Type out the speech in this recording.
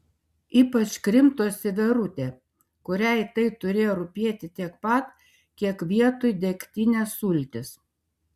ypač krimtosi verutė kuriai tai turėjo rūpėti tiek pat kiek vietoj degtinės sultys